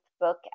book